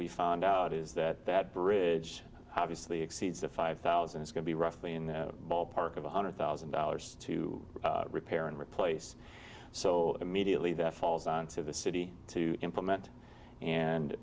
we found out is that that bridge obviously exceeds the five thousand is going to be roughly in the ballpark of one hundred thousand dollars to repair and replace so immediately that falls on to the city to implement and